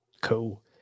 Cool